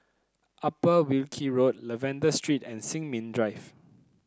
Upper Wilkie Road Lavender Street and Sin Ming Drive